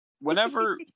Whenever